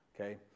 okay